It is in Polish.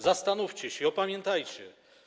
Zastanówcie się i opamiętajcie.